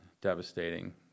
devastating